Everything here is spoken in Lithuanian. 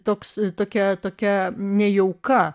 toks tokia tokia nejauka